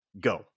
Go